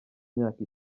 imyaka